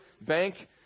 bank